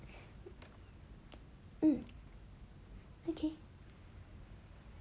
mm okay